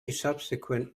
subsequent